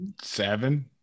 seven